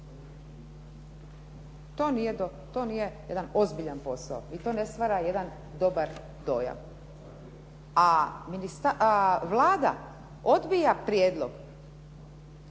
To nije jedan ozbiljan posao i to ne stvara jedan dobar dojam. A Vlada odbija prijedlog